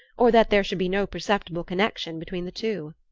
or that there should be no perceptible connection between the two.